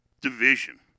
Division